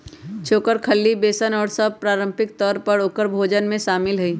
चोकर, खल्ली, बेसन और सब पारम्परिक तौर पर औकर भोजन में शामिल हई